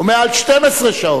או מעל 12 שעות,